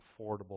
affordable